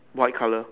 what color